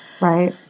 Right